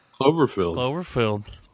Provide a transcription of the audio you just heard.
Cloverfield